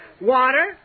water